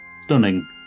stunning